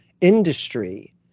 industry